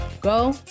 go